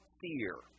fear